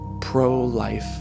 pro-life